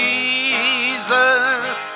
Jesus